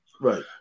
Right